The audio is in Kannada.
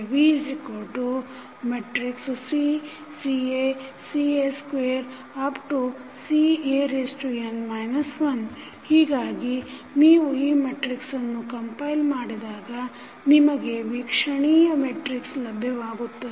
VC CA CA2 CAn 1 ಹೀಗಾಗಿ ನೀವು ಈ ಮೆಟ್ರಿಕ್ಸನ್ನು ಕಂಪೈಲ್ ಮಾಡಿದಾಗ ನಿಮಗೆ ವೀಕ್ಷಣೀಯ ಮೆಟ್ರಿಕ್ಸ ಲಭ್ಯವಾಗುತ್ತದೆ